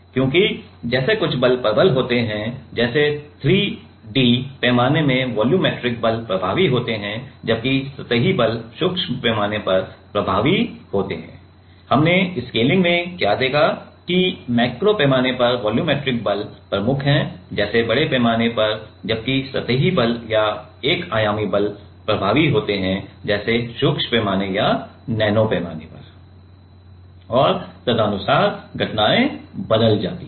क्योंकि जैसे कुछ बल प्रबल होते हैं जैसे 3D पैमाने में वॉल्यूमेट्रिक बल प्रभावी होते हैं जबकि सतही बल सूक्ष्म पैमाने पर प्रभावी होते हैं हमने स्केलिंग में क्या देखा है कि मैक्रो पैमाने पर वॉल्यूमेट्रिक बल प्रमुख हैं जैसे बड़े पैमाने पर जबकि सतही बल या एक आयामी बल प्रभावी होते हैं जैसे सूक्ष्म पैमाने या नैनो पैमाने पर और तदनुसार घटनाएँ बदल जाती हैं